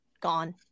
gone